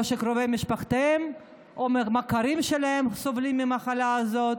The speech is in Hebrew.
או שקרובי משפחתם או שמכרים שלהם סובלים מהמחלה הזאת.